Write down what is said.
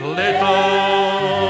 little